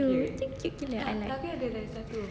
they are like